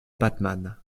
batman